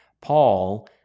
Paul